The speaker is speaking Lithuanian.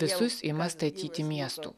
visus ima statyti miestų